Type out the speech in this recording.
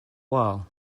while